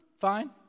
fine